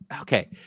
Okay